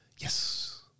yes